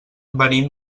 venim